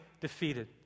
defeated